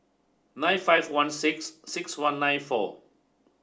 nine five one six six one nine four